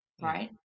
right